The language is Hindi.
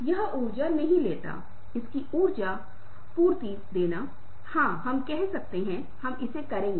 और ऐसी जगह में आप केवल बहुत ही औपचारिक चीजों से संवाद कर सकते हैं और अंतरंग या सामाजिक चीजों से नहीं